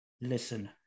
listen